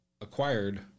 acquired